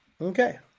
Okay